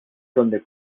adonde